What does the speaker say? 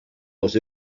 los